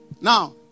Now